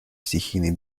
стихийные